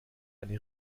eine